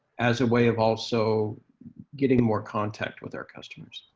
as a way of also getting more contact with our customers.